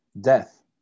death